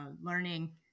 learning